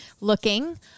looking